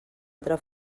altra